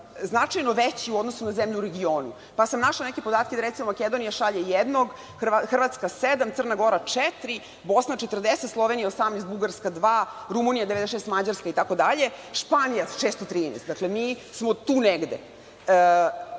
značajno veći u odnosu na zemlje u regionu, pa sam našla neke podatke da recimo Makedonija šalje jednog, Hrvatska sedam, Crna Gora četiri, Bosna 40, Slovenija 18, Bugarska dvoje, Rumunija 96, Mađarska, Španija 613 itd. Dakle, mi smo tu negde.